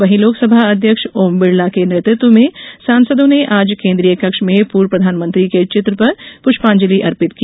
वहीं लोकसभा अध्यक्ष ओम बिड़ला के नेतृत्व में सांसदों ने आज केन्द्रीय कक्ष में पूर्व प्रधानमंत्री के चित्र पर पुष्पांजलि अर्पित की